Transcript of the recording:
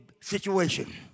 situation